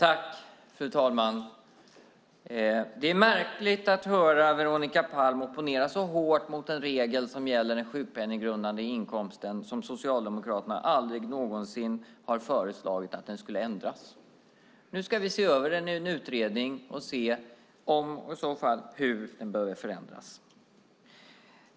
Fru talman! Det är märkligt att få höra Veronica Palm opponera så hårt mot en regel som gäller den sjukpenninggrundande inkomsten som Socialdemokraterna aldrig någonsin har föreslagit ska ändras. Nu ska vi se över den i en utredning och se om den och i så fall hur behöver förändras.